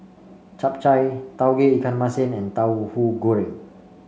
Chap Chai Tauge Ikan Masin and Tauhu Goreng